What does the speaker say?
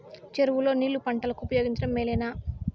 చెరువు లో నీళ్లు పంటలకు ఉపయోగించడం మేలేనా?